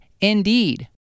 Indeed